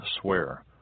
swear